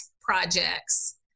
projects